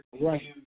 Right